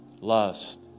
lust